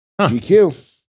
GQ